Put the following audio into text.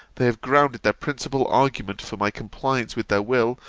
they have grounded their principal argument for my compliance with their will,